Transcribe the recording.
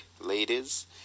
ladies